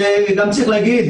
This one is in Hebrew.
ולהמשיך להגיד,